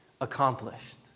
Accomplished